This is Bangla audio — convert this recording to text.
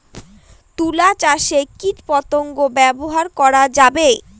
তুলা চাষে কীটপতঙ্গ ব্যবহার করা যাবে?